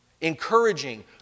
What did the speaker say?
encouraging